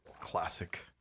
classic